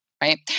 Right